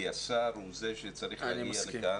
כי השר הוא זה שצריך להגיע לכאן,